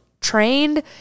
trained